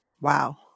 Wow